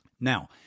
Now